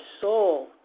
soul